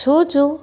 छोजो